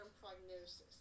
prognosis